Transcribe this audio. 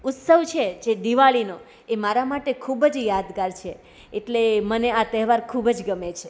ઉત્સવ છે જે દિવાળીનો એ મારા માટે ખૂબ જ યાદગાર છે એટલે મને આ તહેવાર ખૂબ જ ગમે છે